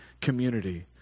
community